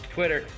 Twitter